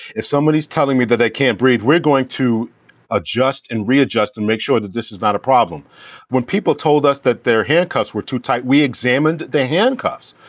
if somebody is telling me that i can't breathe, we're going to adjust and readjust and make sure that this is not a problem when people told us that their handcuffs were too tight, we examined the handcuffs.